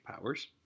powers